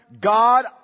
God